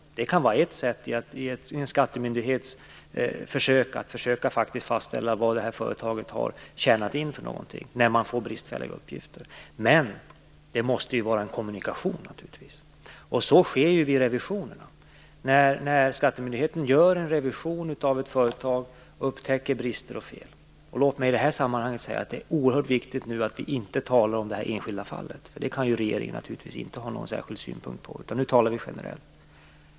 Det kan vara ett försök från skattemyndigheten att fastställa hur mycket företaget har tjänat in när den får bristfälliga uppgifter, men det måste naturligtvis finnas en kommunikation. Så sker ju vid revisionerna. Skattemyndigheten gör en revision på ett företag och upptäcker brister och fel. Låt mig i detta sammanhang säga att det är oerhört viktigt att vi inte talar om det enskilda fallet, för det kan regeringen naturligtvis inte ha någon särskild synpunkt på. Nu talar vi generellt.